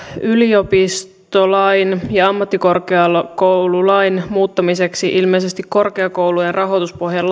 yliopistolain ja ammattikorkeakoululain muuttamiseksi ilmeisesti korkeakoulujen rahoituspohjan